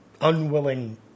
unwilling